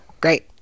great